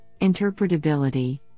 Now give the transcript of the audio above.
interpretability